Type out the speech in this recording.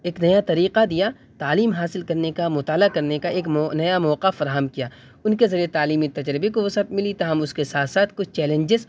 ایک نیا طریقہ دیا تعلیم حاصل کرنے کا مطالعہ کرنے کا ایک مو نیا موقع فراہم کیا ان کے ذریعے تعلیمی تجربے کو وسعت ملی تاہم اس کے ساتھ ساتھ کچھ چیلنجز